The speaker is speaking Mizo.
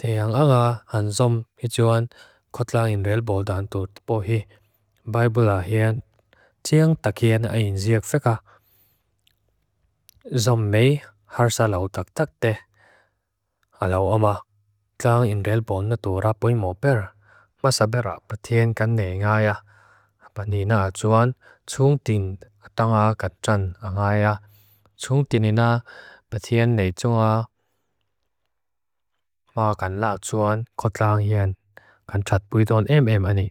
Teang anga han zong hituan Kotla inrelboldante tupohi. Baibulahian, tsiang takian ainziak feka. Zong me har salau tak tak te. Alau ema, Kotla inrelboldante rapui mo pera. Masa pera patien kan nehi nga ya. Apanina atuan, tsuhunk tin tanga katan anga ya. Tsuhunk tinina, patien nei zonga. Ma kan lak atuan, Kotla angian. Kan tatpui ton em em ani.